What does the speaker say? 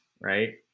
right